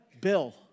Bill